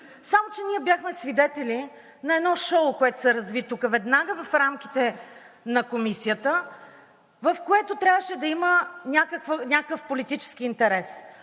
Само че ние бяхме свидетели на едно шоу, което се разви веднага в рамките на Комисията, в което трябваше да има някакъв политически интерес.